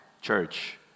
church